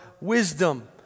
wisdom